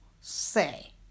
say